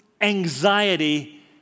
anxiety